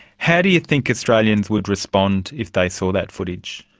how do you think australians would respond if they saw that footage?